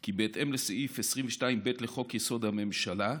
כי בהתאם לסעיף 22(ב) לחוק-יסוד: הממשלה,